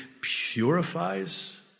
purifies